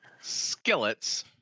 Skillets